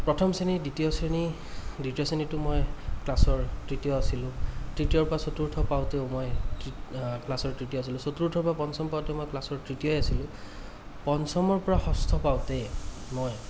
প্ৰথম শ্ৰেণী দ্বিতীয় শ্ৰেণী দ্বিতীয় শ্ৰেণীটো মই ক্লাছৰ তৃতীয় আছিলোঁ তৃতীয়ৰপৰা চতু্ৰ্থ পাওঁতেও মই ক্লাছৰ তৃতীয় আছিলোঁ চতুৰ্থৰপৰা পঞ্চম পাওঁতেও মই ক্লাছৰ তৃতীয়ই আছিলোঁ পঞ্চমৰপৰা ষষ্ঠ পাওঁতে মই